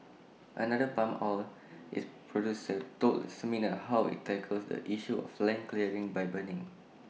another palm oil is producer told seminar how IT tackles the issue of land clearing by burning